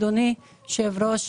אדוני היושב-ראש,